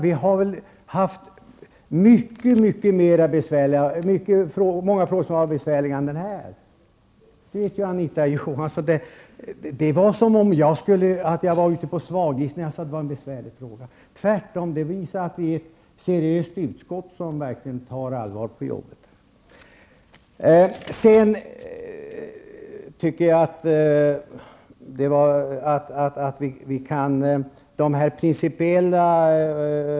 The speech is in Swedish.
Vi har väl haft många frågor som har varit besvärligare än den här. Det vet Anita Johansson. Det var som om jag skulle vara ute på svag is när jag sade att det här var en besvärlig fråga. Tvärtom visar det att vi är ett seriöst utskott, som verkligen tar jobbet på allvar.